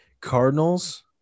Cardinals